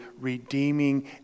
redeeming